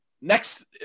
next